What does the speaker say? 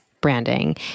branding